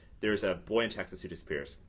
there is a boy in texas who disappears.